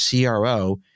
CRO